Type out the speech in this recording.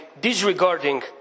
disregarding